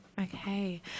Okay